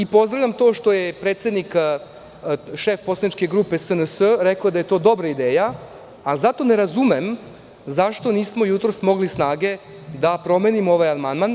Pozdravljam to što je šef poslaničke grupe SNS rekao da je to dobra ideja, ali ne razumem zašto jutros nismo smogli snage da promenimo ovaj amandman?